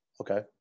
Okay